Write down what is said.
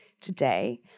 today